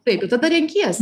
taip ir tada renkies